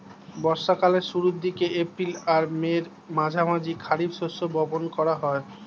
বর্ষা কালের শুরুর দিকে, এপ্রিল আর মের মাঝামাঝি খারিফ শস্য বপন করা হয়